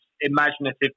imaginative